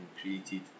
created